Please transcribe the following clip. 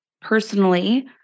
personally